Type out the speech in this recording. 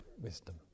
wisdom